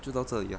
就到这里